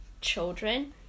children